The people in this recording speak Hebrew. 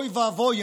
אוי ואבוי,